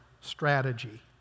strategy